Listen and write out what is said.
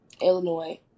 illinois